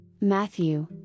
Matthew